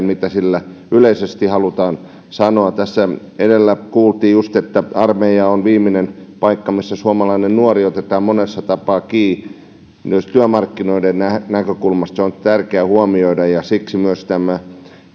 mitä sillä yleisesti halutaan sanoa lienee meille kaikille hyvin tärkeää tässä edellä kuultiin just että armeija on viimeinen paikka missä suomalainen nuori otetaan monella tapaa kiinni myös työmarkkinoiden näkökulmasta se on tärkeä huomioida ja siksi myös